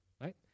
right